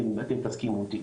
אם אתם תסכימו איתי.